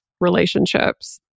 relationships